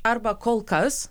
arba kol kas